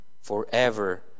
forever